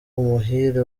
umuhire